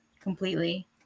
completely